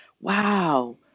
wow